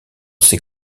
ces